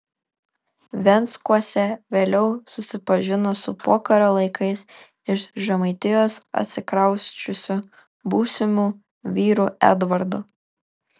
venckuose vėliau susipažino su pokario laikais iš žemaitijos atsikrausčiusiu būsimu vyru edvardu